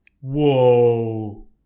Whoa